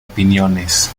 opiniones